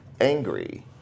angry